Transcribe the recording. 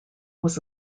was